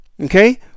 Okay